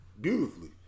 Beautifully